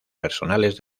personales